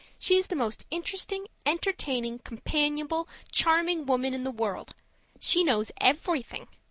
she's the most interesting, entertaining, companionable, charming woman in the world she knows everything.